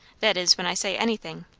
that is, when i say anything.